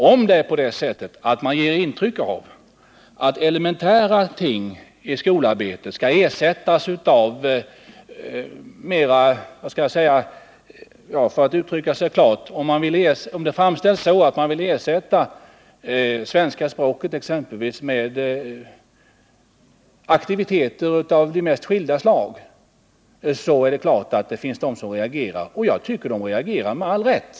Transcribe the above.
Om man ger intryck av att man vill ersätta elementära ting i skolarbetet, t.ex. svenska språket, med aktiviteter av de mest skilda slag, är det klart att det finns de som reagerar. Och jag tycker att de reagerar med all rätt.